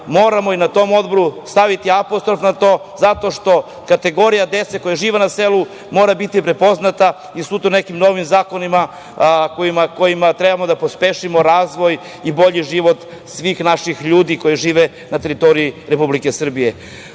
moramo i na tom Odboru staviti apostrof na to zato što kategorija dece koja žive na selu mora biti poznata i sutra nekim novim zakonima kojima treba da pospešimo razvoj i bolji život svih naših ljudi koji žive na teritoriji Republike Srbije. Još